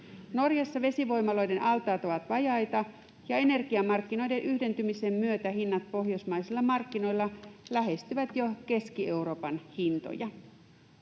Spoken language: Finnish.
Norjassa vesivoimaloiden altaat ovat vajaita, ja energiamarkkinoiden yhdentymisen myötä hinnat pohjoismaisilla markkinoilla lähestyvät jo Keski-Euroopan hintoja.